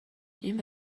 این